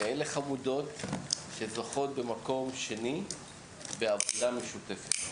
כאלה חמודות שזכו במקום השני בעבודה משותפת.